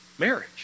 Marriage